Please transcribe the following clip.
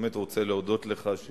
רוצה להודות לך על